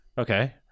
okay